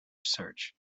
search